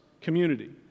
community